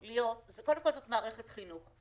קודם כל זו מערכת חינוך,